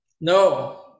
No